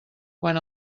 quan